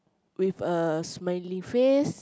with a smiley face